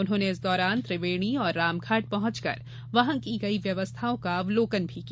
उन्होंने इस दौरान त्रिवेणी और रामघाट पहुंचकर वहां की गई व्यवस्थाओं का अवलोकन किया